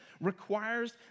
requires